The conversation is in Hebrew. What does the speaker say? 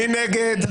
מי נמנע?